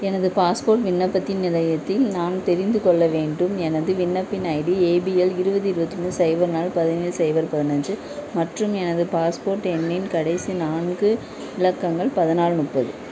எனது பாஸ்போர்ட் விண்ணப்பத்தின் நிலையத்தில் நான் தெரிந்து கொள்ள வேண்டும் எனது விண்ணப்பின் ஐடி ஏபிஎல் இருபது இருபத்தி மூணு சைபர் நாலு பதினேலு சைபர் பதினைஞ்சு மற்றும் எனது பாஸ்போர்ட் எண்ணின் கடைசி நான்கு இலக்கங்கள் பதினாலு முப்பது